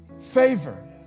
favor